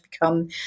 become